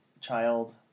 child